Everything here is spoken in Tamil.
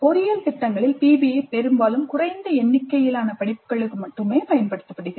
பொறியியல் திட்டங்களில் PBI பெரும்பாலும் குறைந்த எண்ணிக்கையிலான படிப்புகளுக்கு மட்டுமே பயன்படுத்தப்படுகிறது